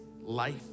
life